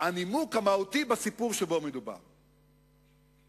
הנימוק המהותי בסיפור שמדובר בו.